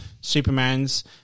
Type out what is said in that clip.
Superman's